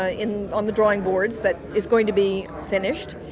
ah in, on the drawing boards that is going to be finished,